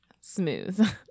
Smooth